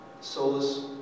solace